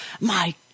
My